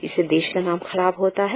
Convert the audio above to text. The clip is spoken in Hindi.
इससे देश का नाम खराब होता है